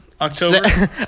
October